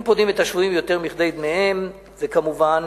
אין פודין את השבויים יותר מכדי דמיהם זה כמובן